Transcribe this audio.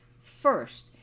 first